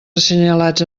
assenyalats